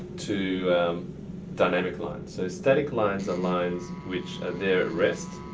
to dynamic lines. so static lines are lines which are there at rest,